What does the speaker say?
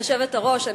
גברתי היושבת-ראש,